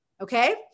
Okay